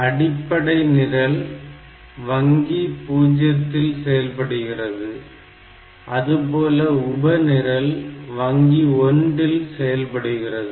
அடிப்படை நிரல் வங்கி 0 இல் செயல்படுகிறது அதுபோல உபநிரல் வங்கி 1 இல் செயல்படுகிறது